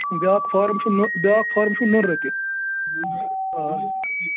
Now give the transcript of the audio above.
بیاکھ فارم چھُ نہ بیٛاکھ فارم چھُ نُنرٕ تہِ